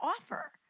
offer